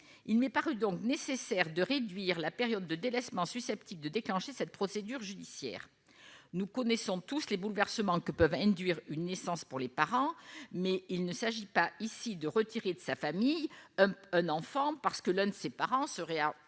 il n'est rue donc nécessaire de réduire la période de délaissement susceptibles de déclencher cette procédure judiciaire, nous connaissons tous les bouleversements que peuvent induire une licence pour les parents, mais il ne s'agit pas ici de retirer de sa famille, un enfant parce que l'un de ses parents seraient